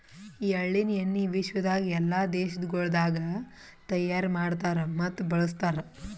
ಎಳ್ಳಿನ ಎಣ್ಣಿ ವಿಶ್ವದಾಗ್ ಎಲ್ಲಾ ದೇಶಗೊಳ್ದಾಗ್ ತೈಯಾರ್ ಮಾಡ್ತಾರ್ ಮತ್ತ ಬಳ್ಸತಾರ್